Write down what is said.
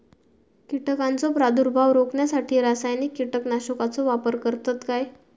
कीटकांचो प्रादुर्भाव रोखण्यासाठी रासायनिक कीटकनाशकाचो वापर करतत काय?